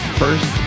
first